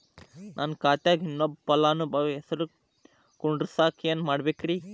ನನ್ನ ಖಾತೆಕ್ ಇನ್ನೊಬ್ಬ ಫಲಾನುಭವಿ ಹೆಸರು ಕುಂಡರಸಾಕ ಏನ್ ಮಾಡ್ಬೇಕ್ರಿ?